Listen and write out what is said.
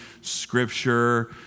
Scripture